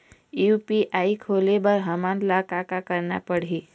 UPI खोले बर हमन ला का का करना पड़ही?